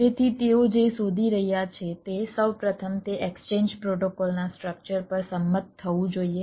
તેથી તેઓ જે શોધી રહ્યા છે તે સૌ પ્રથમ તે એક્સચેન્જ પ્રોટોકોલ હોવું જોઈએ